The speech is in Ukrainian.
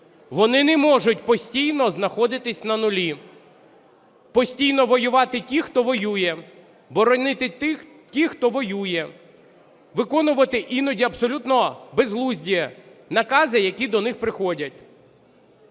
вони не можуть постійно знаходитися на нулі, постійно воювати ті, хто воює, боронити ті, хто воює, виконувати іноді абсолютно безглузді накази, які до них приходять.